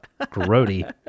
Grody